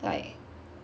like